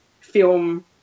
film